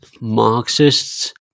Marxists